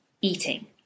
eating